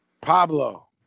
Pablo